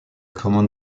common